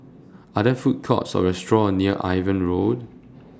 Are There Food Courts Or restaurants near Irving Road